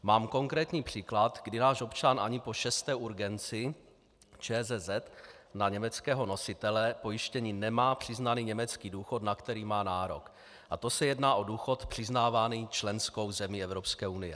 Mám konkrétní příklad, kdy náš občan ani po šesté urgenci ČSSZ na německého nositele pojištění nemá přiznaný německý důchod, na který má nárok, a to se jedná o důchod přiznávaný členskou zemí Evropské unie.